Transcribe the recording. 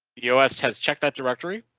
us has check that directory.